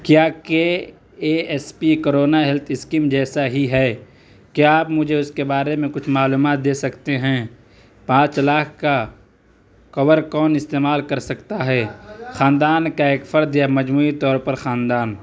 کیا K A S P Corona health scheme جیسا ہی ہے کیا آپ مجھے اس کے بارے میں کچھ معلومات دے سکتے ہیں پانچ لاکھ کا کور کون استعمال کر سکتا ہے خاندان کا ایک فرد یا مجموعی طور پر خاندان